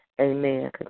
Amen